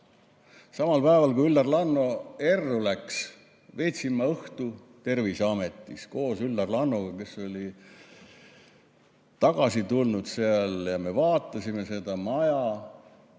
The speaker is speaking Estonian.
Samal päeval, kui Üllar Lanno erru läks, veetsin ma õhtu Terviseametis koos Üllar Lannoga, kes oli sinna tagasi tulnud ja me vaatasime seda maja,